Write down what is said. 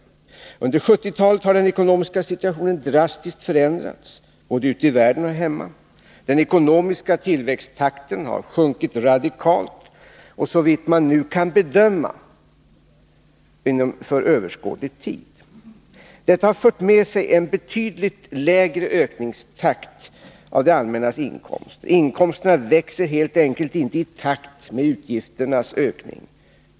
Under 1970-talet har den ekonomiska situationen drastiskt förändrats både ute i världen och här hemma. Den ekonomiska tillväxttakten har sjunkit radikalt och, såvitt man nu kan bedöma, för överskådlig tid. Detta har fört med sig en betydligt lägre ökningstakt för det allmännas inkomster. Inkomsterna växer helt enkelt inte i takt med utgifternas ökning.